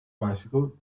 bicycle